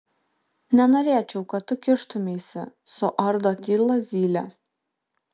nenorėčiau kad tu kištumeisi suardo tylą zylė